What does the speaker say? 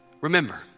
Remember